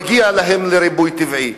מגיע להם לריבוי טבעי.